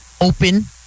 Open